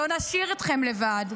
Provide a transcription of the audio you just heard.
לא נשאיר אתכם לבד,